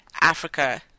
Africa